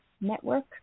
Network